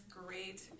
great